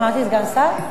אמרתי סגן שר?